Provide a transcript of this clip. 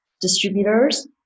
distributors